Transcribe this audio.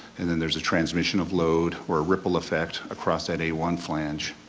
and then there's a transmission of load, or a ripple effect, across that a one flange.